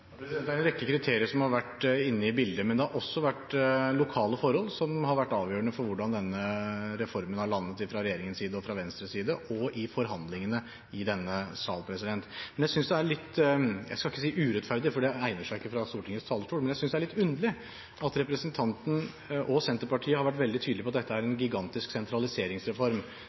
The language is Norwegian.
Det er en rekke kriterier som har vært inne i bildet, men det har også vært lokale forhold som har vært avgjørende for hvordan denne reformen har landet fra regjeringens side og fra Venstres side og i forhandlingene i denne sal. Men jeg synes det er litt – jeg skal ikke si urettferdig, for det egner seg ikke fra Stortingets talerstol – underlig at representanten og Senterpartiet har vært veldig tydelige på at dette er en